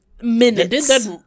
minutes